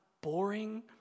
boring